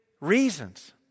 reasons